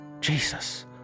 Jesus